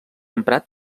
emprat